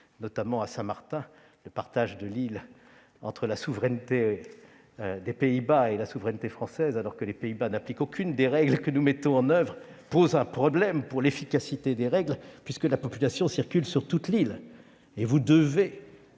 notamment à Saint-Martin ; le partage de l'île entre la souveraineté néerlandaise et la souveraineté française, alors que les Pays-Bas n'appliquent aucune des règles que nous mettons en oeuvre, pose un problème pour l'efficacité des mesures, puisque la population circule sur toute l'île. Monsieur